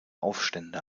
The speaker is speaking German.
aufstände